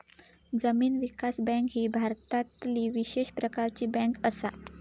जमीन विकास बँक ही भारतातली विशेष प्रकारची बँक असा